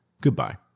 Goodbye